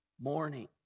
morning